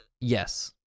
Yes